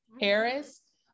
Harris